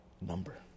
number